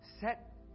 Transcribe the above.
set